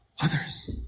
others